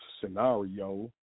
scenario